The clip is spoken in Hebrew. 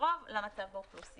וקרוב למצב באוכלוסייה.